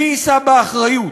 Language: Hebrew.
מי יישא באחריות?